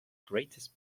greatest